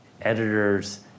editors